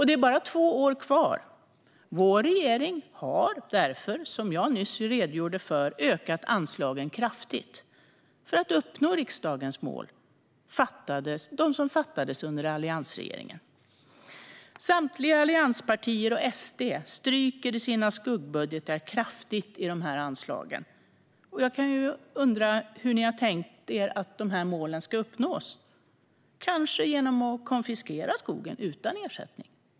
Det är bara två år kvar. Vår regering har därför, vilket jag nyss redogjorde för, ökat anslagen kraftigt, för att uppnå riksdagens mål, som beslutades under alliansregeringen. Samtliga allianspartier och SD stryker i sina skuggbudgetar kraftigt i dessa anslag. Hur de har tänkt sig att målen ska uppnås? Kanske genom att konfiskera skogen utan ersättning?